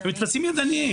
הם טפסים ידניים.